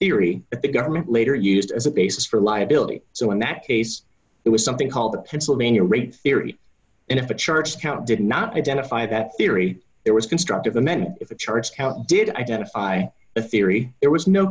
eery that the government later used as a basis for liability so in that case it was something called the pennsylvania rate theory and if the church count did not identify that theory there was constructive amend if a charge account did identify a theory there was no